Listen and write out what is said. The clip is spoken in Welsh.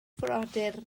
frodyr